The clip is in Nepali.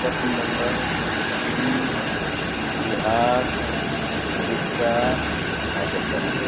पश्चिम बङ्गाल सिक्किम बिहार उडिस्सा मध्य प्रदेश